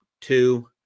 two